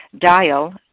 Dial